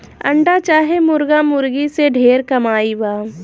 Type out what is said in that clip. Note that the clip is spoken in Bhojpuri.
अंडा चाहे मुर्गा मुर्गी से ढेर कमाई बा